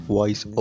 Voice